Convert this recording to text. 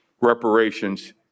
reparations